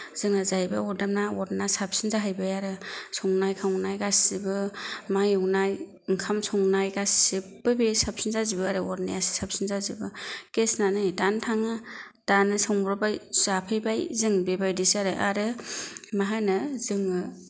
जोङो जाहैबाय अरदाबना अरना साबसिन जाहैबाय आरो संनाय खावनाय गासिबो मा एवनाय ओंखाम संनाय गासिबो बे साबसिन जाजोबो आरो अरनियासो साबसिन जाजोबो गेसना नै दानो थाङो दानो संब्रब्बाय जाफैबाय जों बेबायदिसो आरो आरो मा होनो जोङो